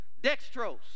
dextrose